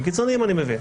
קיצוניים אני מבין.